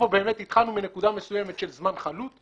התחלנו מנקודה מסוימת של זמן חלוט,